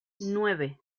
nueve